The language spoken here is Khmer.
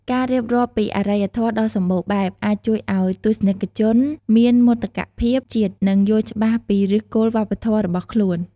ការរៀបរាប់ពីអរិយធម៌ដ៏សម្បូរបែប អាចជួយឱ្យទស្សនិកជនមានមោទកភាពជាតិ និងយល់ច្បាស់ពីឫសគល់វប្បធម៌របស់ខ្លួន។